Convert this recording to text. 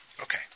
Okay